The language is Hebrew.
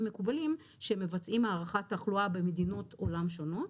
מקובלים שמבצעים הערכת תחלואה במדינות עולם שונות,